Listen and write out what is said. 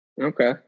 Okay